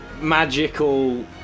magical